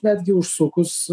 netgi užsukus